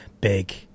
big